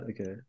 Okay